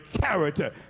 character